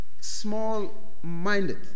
small-minded